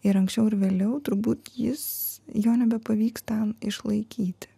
ir anksčiau ar vėliau turbūt jis jo nebepavyks ten išlaikyti